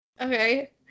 Okay